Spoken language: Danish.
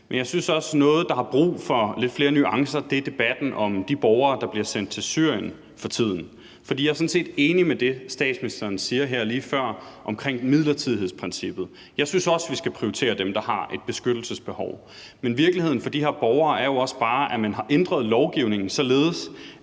nu. Jeg synes også, noget, der har brug for lidt flere nuancer, er debatten om de borgere, der bliver sendt til Syrien for tiden. Jeg er sådan set enig i det, statsministeren sagde her lige før om midlertidighedsprincippet: Jeg synes også, vi skal prioritere dem, der har et beskyttelsesbehov. Men virkeligheden for de her borgere er jo også bare, at man har ændret lovgivningen, således